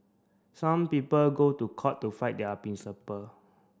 some people go to court to fight their principle